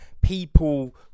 People